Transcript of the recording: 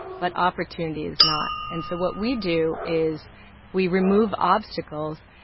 but opportunity is not and so what we do is we remove obstacles,